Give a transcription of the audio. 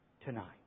tonight